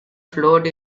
flowed